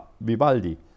Vivaldi